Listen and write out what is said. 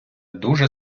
дуже